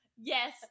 Yes